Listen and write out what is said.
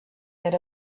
that